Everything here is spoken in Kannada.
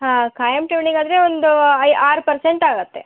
ಹಾಂ ಖಾಯಂ ಠೇವಣಿಗೆ ಆದರೆ ಒಂದು ಐ ಆರು ಪರ್ಸೆಂಟ್ ಆಗುತ್ತೆ